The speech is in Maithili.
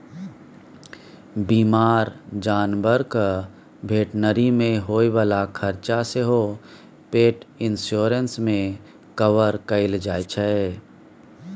बीमार जानबरक भेटनरी मे होइ बला खरचा सेहो पेट इन्स्योरेन्स मे कवर कएल जाइ छै